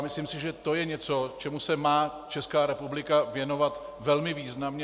Myslím si, že to je něco, čemu se má Česká republika věnovat velmi významně.